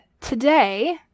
today